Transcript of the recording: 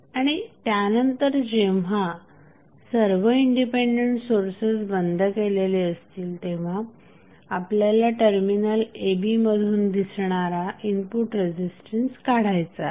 आणि त्यानंतर जेव्हा सर्व इंडिपेंडेंट सोर्सेस बंद केलेले असतील तेव्हा आपल्याला टर्मिनल a b मधून दिसणारा इनपुट रेझिस्टन्स काढायचा आहे